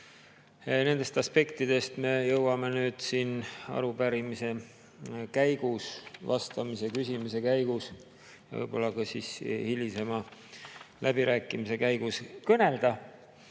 Nendest aspektidest me jõuame nüüd siin arupärimise käigus, vastamise-küsimise käigus, võib-olla ka hilisema läbirääkimise käigus kõnelda.